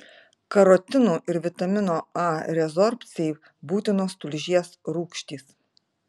karotinų ir vitamino a rezorbcijai būtinos tulžies rūgštys